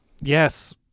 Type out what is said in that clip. Yes